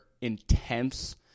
intense